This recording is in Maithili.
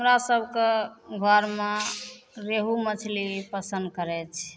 हमरा सभके घरमे रेहू मछली पसन्द करै छिए